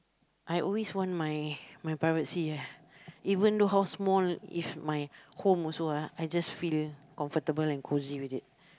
I always want my my privacy ah even though how small is my home also ah I just feel comfortable and cozy with it